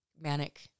Manic